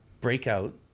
breakout